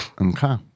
okay